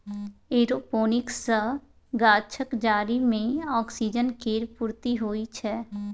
aeroponics सँ गाछक जरि मे ऑक्सीजन केर पूर्ती होइ छै